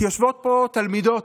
כי יושבות פה תלמידות,